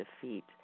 defeat